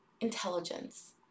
intelligence